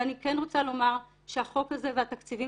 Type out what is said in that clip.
ואני כן רוצה לומר שהחוק הזה והתקציבים